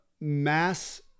mass